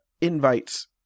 invites